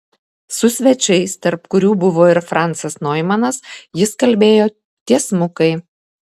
su svečiais tarp kurių buvo ir francas noimanas jis kalbėjo tiesmukai